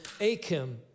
Achim